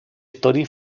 story